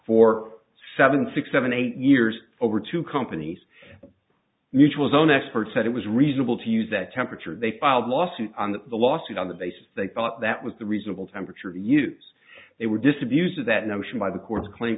for seven six seven eight years over two companies mutuals own experts said it was reasonable to use that temperature they filed lawsuit the lawsuit on the basis they thought that was the reasonable temperature use they were disabused of that notion by the courts claim